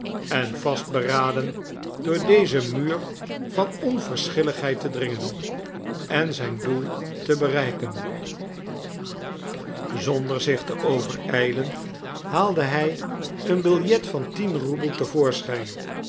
en vastberaden door dezen muur van onverschilligheid te dringen en zijn doel te bereiken zonder zich te overijlen haalde hij een billet van tien roebel